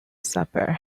supper